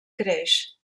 creix